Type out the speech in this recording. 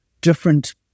different